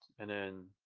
and then